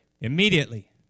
immediately